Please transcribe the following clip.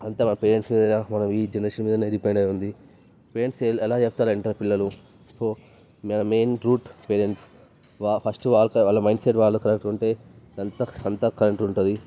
అంతా మన పేరెంట్స్ మీద ఈ జనెరేషన్ మీదనే డిపెండ్ అయ్యి ఉంది పేరెంట్స్ ఎలా చెప్తే అలా వింటారు పిల్లలు సో మెయిన్ రూట్ పేరెంట్స్ వా ఫస్ట్ వాళ్ళతో వాళ్ళ మైండ్ సెట్ వాళ్ళకి కరెక్ట్ గా ఉంటే అంతా అంతా కరెక్ట్ ఉంటుంది